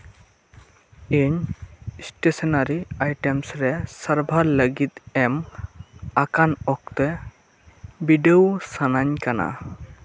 ᱤᱧ stationery items ᱨᱮ ᱥᱟᱨᱵᱷᱟᱨ ᱞᱟᱹᱜᱤᱫ ᱮᱢ ᱟᱠᱟᱱ ᱚᱠᱛᱮ ᱵᱤᱰᱟᱹᱣ ᱥᱟᱱᱟᱧ ᱠᱟᱱᱟ